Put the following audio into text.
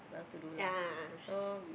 a'ah a'ah